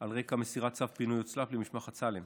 על רקע מסירת צו פינוי נוסף למשפחת סאלם,